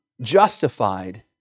justified